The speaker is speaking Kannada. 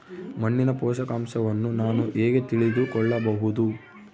ಮಣ್ಣಿನ ಪೋಷಕಾಂಶವನ್ನು ನಾನು ಹೇಗೆ ತಿಳಿದುಕೊಳ್ಳಬಹುದು?